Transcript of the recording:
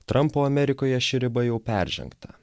trampo amerikoje ši riba jau peržengta